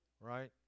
right